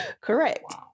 correct